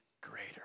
greater